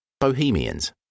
Bohemians